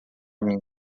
mim